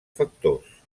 factors